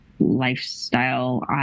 lifestyle